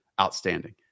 outstanding